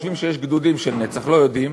חושבים שיש גדודים של "נצח", לא יודעים.